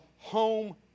home